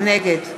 נגד